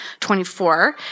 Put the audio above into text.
24